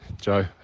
Joe